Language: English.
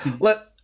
let